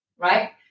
Right